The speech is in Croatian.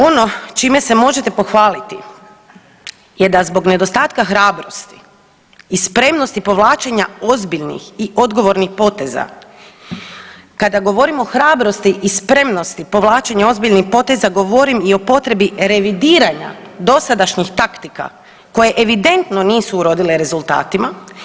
Ono čime se možete pohvaliti je da zbog nedostatka hrabrosti i spremnosti povlačenja ozbiljnih i odgovornih poteza kada govorim o hrabrosti i spremnosti povlačenja ozbiljnih poteza govorim i o potrebi revidiranja dosadašnjih taktika koje evidentno nisu urodile rezultatima.